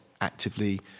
actively